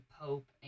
Pope